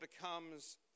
becomes